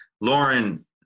lauren